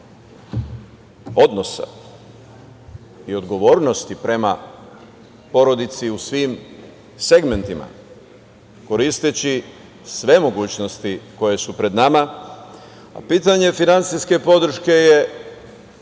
odnosa i odgovornosti prema porodici u svim segmentima, koristeći sve mogućnosti koje su pred nama, a pitanje finansijske podrške je